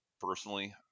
personally